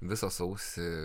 visą sausį